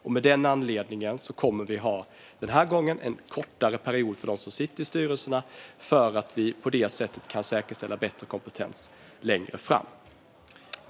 Av den anledningen kommer vi den här gången att ha en kortare period för dem som sitter i styrelserna. På det sättet kan vi säkerställa bättre kompetens längre fram.